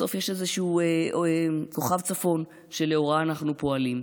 בסוף יש איזשהו כוכב צפון שלאורו אנחנו פועלים.